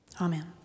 Amen